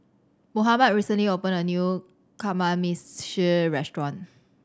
Mohammed recently opened a new Kamameshi Restaurant